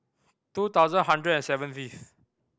two thousand hundred and seventieth